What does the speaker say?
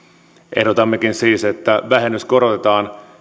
ehdotammekin siis että vähennys korotetaan